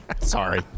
Sorry